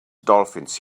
dolphins